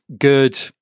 good